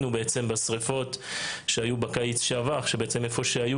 בשריפות שהיו בקיץ שעבר ראינו שהיכן שהיו